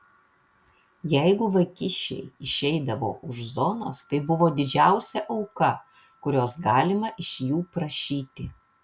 jeigu vagišiai išeidavo už zonos tai buvo didžiausia auka kurios galima iš jų prašyti